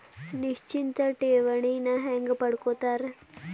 ನಿಶ್ಚಿತ್ ಠೇವಣಿನ ಹೆಂಗ ಪಡ್ಕೋತಾರ